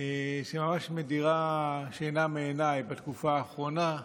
שממש מדירה שינה מעיניי בתקופה האחרונה,